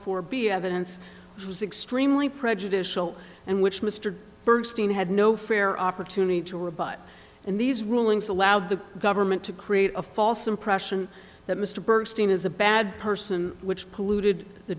four b evidence was extremely prejudicial and which mr bernstein had no fair opportunity to rebut and these rulings allowed the government to create a false impression that mr burstein is a bad person which polluted the